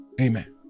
Amen